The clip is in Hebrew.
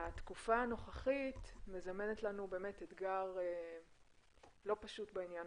התקופה הנוכחית מזמנת לנו אתגר לא פשוט בעניין